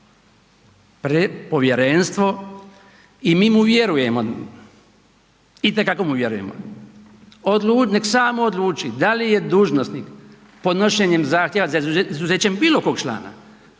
i mi mu vjerujemo, itekako mu vjerujemo, nek samo odluči da li je dužnosnik podnošenjem zahtjeva za izuzećem bilo kog člana